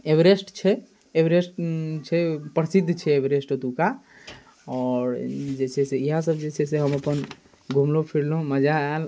Everest छै Everest छै प्रसिद्ध छै एवरेस्ट ओतुका आओर जे छै से ईएहसब जे छै से हम अपन घुमलहुँ फिरलहुँ मजा आएल